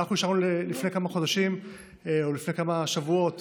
אנחנו אישרנו לפני כמה חודשים או לפני כמה שבועות